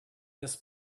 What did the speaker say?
this